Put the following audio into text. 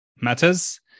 matters